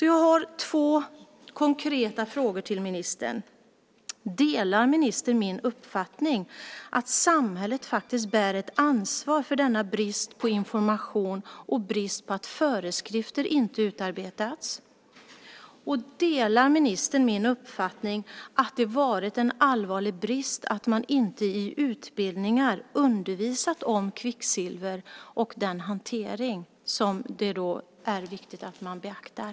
Jag har två konkreta frågor till ministern: Delar ministern min uppfattning att samhället bär ett ansvar för denna brist på information och att föreskrifter inte utarbetats? Delar ministern min uppfattning att det har varit en allvarlig brist att man inte i utbildningar undervisat om kvicksilver och dess hantering som det är viktigt att man beaktar?